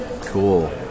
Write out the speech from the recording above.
Cool